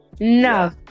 No